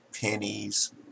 pennies